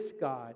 God